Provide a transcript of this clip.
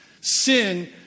Sin